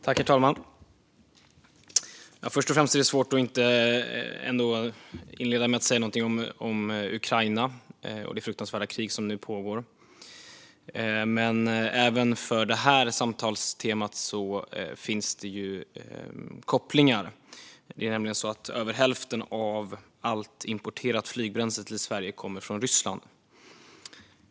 Herr talman! Först och främst är det svårt att inte inleda med att säga någonting om Ukraina och det fruktansvärda krig som nu pågår. Men det finns kopplingar till debattens tema här, för över hälften av allt importerat flygbränsle till Sverige kommer från Ryssland.